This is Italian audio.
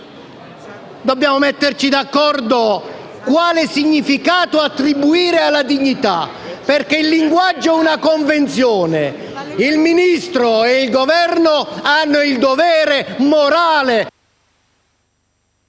Dobbiamo dunque metterci d'accordo su quale significato attribuire alla parola dignità, perché il linguaggio è una convenzione. Il Ministro e il Governo hanno il dovere morale...